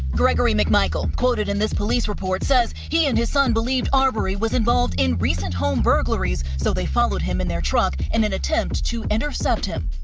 gregory mcmichael quoted in this police report says he and his son believed arbery was involved in recent home burglaries, so they followed him in their truck in an attempt to intercept him.